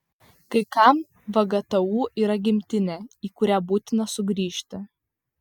kai kam vgtu yra gimtinė į kurią būtina sugrįžti